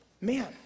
man